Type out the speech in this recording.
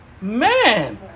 man